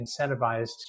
incentivized